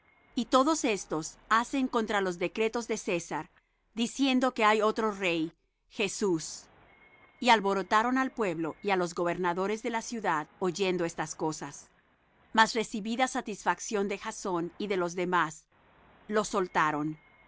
y todos estos hacen contra los decretos de césar diciendo que hay otro rey jesús y alborotaron al pueblo y á los gobernadores de la ciudad oyendo estas cosas mas recibida satisfacción de jasón y de los demás los soltaron